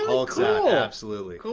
absolutely.